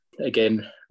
Again